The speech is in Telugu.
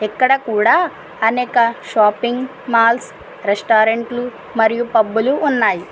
ఇక్కడ కూడా అనేక షాపింగ్ మాల్స్ రెస్టారెంట్లు మరియు పబ్బులు ఉన్నాయి